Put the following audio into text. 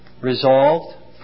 resolved